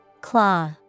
Claw